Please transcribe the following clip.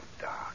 dark